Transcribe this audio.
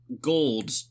gold